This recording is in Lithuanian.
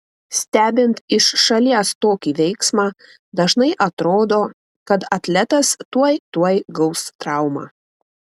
stebint iš šalies tokį veiksmą dažnai atrodo kad atletas tuoj tuoj gaus traumą